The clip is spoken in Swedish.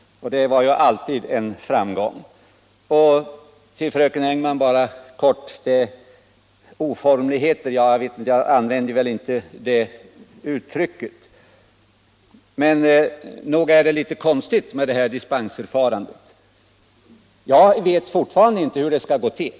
Det var ju alltid en framgång. Till fröken Engman vill jag helt kort säga att jag kanske inte använde ordet oformligheter, men nog är det här dispensförfarandet litet konstigt. Jag vet fortfarande inte hur det skall gå till.